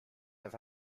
have